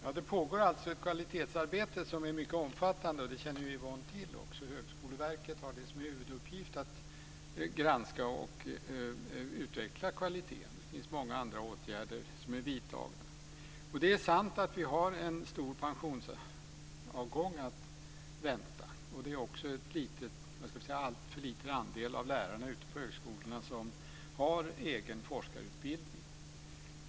Herr talman! Det pågår ett kvalitetsarbete som är mycket omfattande, och det känner Yvonne också till. Högskoleverket har som huvuduppgift att granska och utveckla kvaliteten. Det finns många andra åtgärder som är vidtagna. Det är sant att vi har en stor pensionsavgång att vänta, och det är också en alltför liten andel av lärarna ute på högskolorna som har egen forskarutbildning.